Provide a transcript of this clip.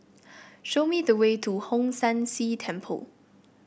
show me the way to Hong San See Temple